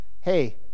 Hey